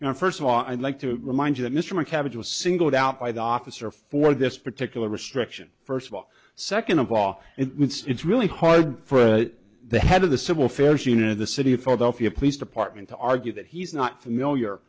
you know first of all i'd like to remind you that mr mctavish was singled out by the officer for this particular restriction first of all second of all it's really hard for the head of the civil affairs unit of the city of philadelphia police department to argue that he's not familiar